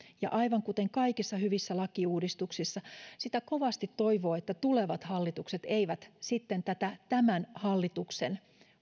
aivan kuten kaikissa hyvissä lakiuudistuksissa sitä kovasti toivoo että tulevat hallitukset eivät tätä tämän hallituksen